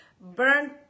burn